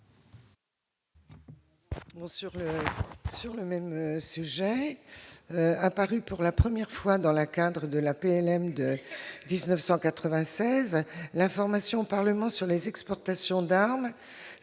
Christine Prunaud. Apparue pour la première fois dans le cadre de la LPM de 1996, l'information au Parlement sur les exportations d'armes